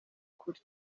ukuri